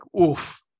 oof